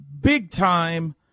big-time